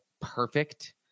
perfect